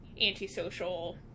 antisocial